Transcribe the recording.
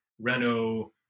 Renault